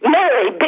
Mary